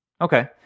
Okay